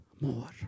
More